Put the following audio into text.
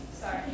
Sorry